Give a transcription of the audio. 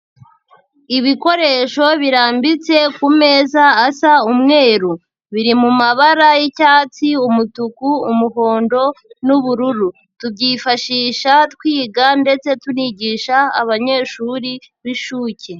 Ibikoresho birambitse ku meza asa umweru. Biri mu mabara y'icyatsi, umutuku, umuhondo n'ubururu. Tubyifashisha twiga ndetse tunigisha abanyeshuri b'inshuke.